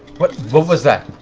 but what was that?